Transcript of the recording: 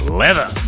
leather